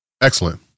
Excellent